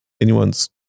anyone's